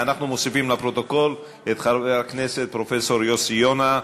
ואנחנו מוסיפים לפרוטוקול את חבר הכנסת פרופסור יוסי יונה.